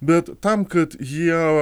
bet tam kad jie